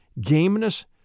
gameness